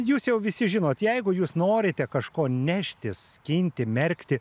jūs jau visi žinot jeigu jūs norite kažko neštis skinti merkti